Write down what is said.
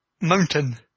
Mountain